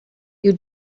you